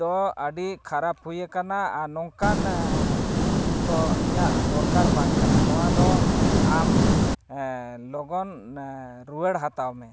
ᱫᱚ ᱟᱹᱰᱤ ᱠᱷᱟᱨᱟᱯ ᱦᱩᱭᱟᱠᱟᱱᱟ ᱟᱨ ᱱᱚᱝᱠᱟᱱ ᱫᱚ ᱤᱧᱟᱹᱜ ᱫᱚᱨᱠᱟᱨ ᱵᱟᱝ ᱠᱟᱱᱟ ᱱᱚᱣᱟ ᱫᱚ ᱟᱢ ᱞᱚᱜᱚᱱ ᱨᱩᱣᱟᱹᱲ ᱦᱟᱛᱟᱣ ᱢᱮ